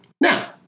Now